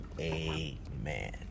amen